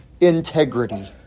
integrity